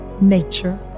nature